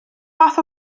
fath